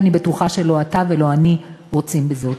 ואני בטוחה שלא אתה ולא אני רוצים בזאת.